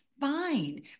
fine